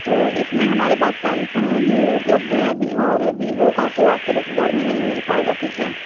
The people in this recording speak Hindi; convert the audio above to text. तो इसमें हमारे पास सैमसंग में उपलब्ध है अभी और वीवो का तो आपको दस हज़ार में नहीं मिल पाएगा ठीक है